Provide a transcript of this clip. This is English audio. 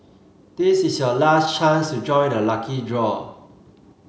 this is your last chance to join the lucky draw